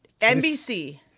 NBC